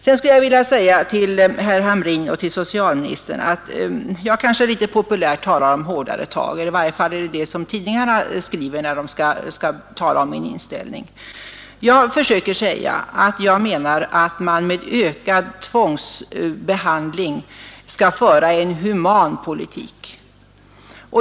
Sedan skulle jag vilja säga till herr Hamrin och till socialministern att jag kanske litet populärt talar om ”hårdare tag” — i varje fall är det vad tidningarna skriver när de behandlar min inställning. Vad jag försöker säga är att jag menar att man med ökad tvångsbehandling skall föra en human politik.